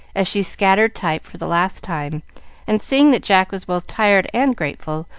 as she scattered type for the last time and seeing that jack was both tired and grateful,